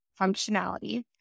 functionality